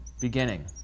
beginning